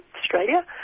Australia